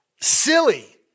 silly